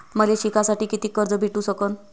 मले शिकासाठी कितीक कर्ज भेटू सकन?